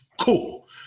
Cool